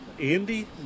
Andy